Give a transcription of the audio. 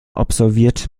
absolviert